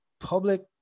public